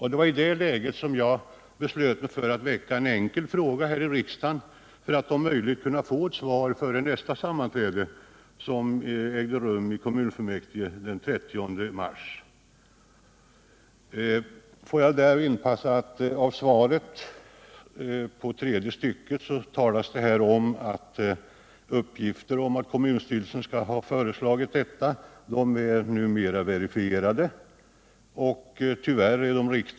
I detta läge beslöt jag mig för att väcka en enkel fråga i riksdagen för att om möjligt få svar före nästa kommunfullmäktigesammanträde, som ägde rum den 30 mars. Får jag där inpassa att i svaret sägs i tredje stycket att kommunstyrelsen i Norrköping skall ha föreslagit att kommunala representanter ej skulle utses. Det kan numera verifieras.